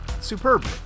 superb